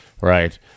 right